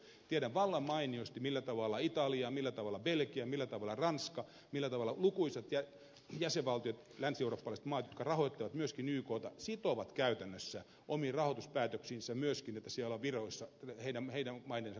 tiedän vallan mainiosti millä tavalla italia millä tavalla belgia millä tavalla ranska millä tavalla lukuisat jäsenvaltiot länsieurooppalaiset maat jotka rahoittavat myöskin ykta sitovat käytännössä omiin rahoituspäätöksiinsä myöskin että siellä on viroissa heidän maidensa kansalaisia